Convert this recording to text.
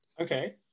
Okay